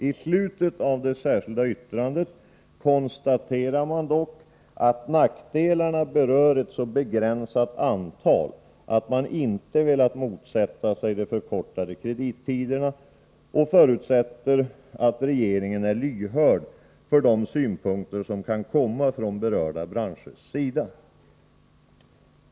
I slutet av det särskilda yttrandet konstaterar man dock att nackdelarna berör ett så begränsat antal skattskyldiga att man inte velat motsätta sig de aktuella förkortade kredittiderna. Man förutsätter att regeringen är lyhörd för de synpunkter som kan komma från berörda branschers sida.